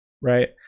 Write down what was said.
right